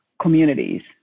communities